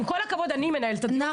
עם כל הכבוד, אני מנהלת את הדיון, לא את.